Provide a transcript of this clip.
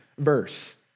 verse